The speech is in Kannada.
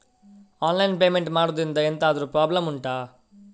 ಆನ್ಲೈನ್ ಪೇಮೆಂಟ್ ಮಾಡುದ್ರಿಂದ ಎಂತಾದ್ರೂ ಪ್ರಾಬ್ಲಮ್ ಉಂಟಾ